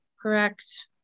correct